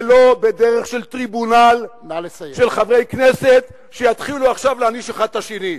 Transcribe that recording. ולא בדרך של טריבונל של חברי כנסת שיתחילו עכשיו להעניש אחד את השני,